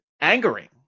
angering